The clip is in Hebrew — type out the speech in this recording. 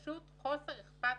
פשוט חוסר אכפתיות.